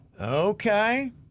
Okay